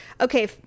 Okay